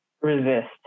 resist